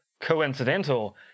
coincidental